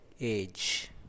age